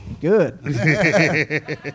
Good